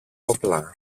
όπλα